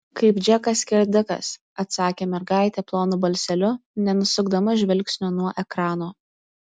kaip džekas skerdikas atsakė mergaitė plonu balseliu nenusukdama žvilgsnio nuo ekrano